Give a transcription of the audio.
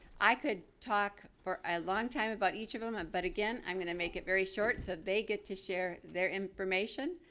i could talk for a long time about each of them ah but i'm going to make it very short so they get to share their information.